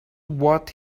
what